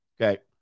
Okay